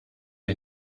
ich